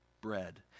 bread